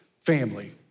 family